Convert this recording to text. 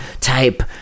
type